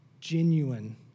genuine